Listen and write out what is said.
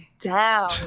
down